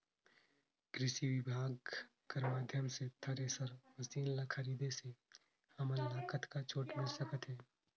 कृषि विभाग कर माध्यम से थरेसर मशीन ला खरीदे से हमन ला कतका छूट मिल सकत हे?